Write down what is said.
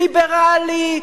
ליברלי,